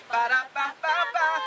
Ba-da-ba-ba-ba